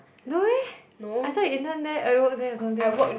no meh I thought you intern there or you work there or something